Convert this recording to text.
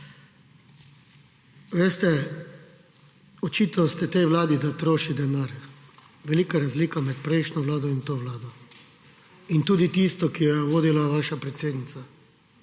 Veste, očitali ste tej vladi, da troši denar. Velika razlika med prejšnjo vlado in to vlado in tudi tisto, ki jo je vodila vaša predsednica.